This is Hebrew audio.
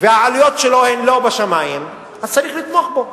והעלויות שלו הן לא בשמים, צריך לתמוך בו.